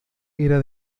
era